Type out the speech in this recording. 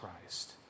Christ